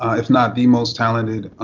ah if not the most talented,